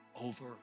over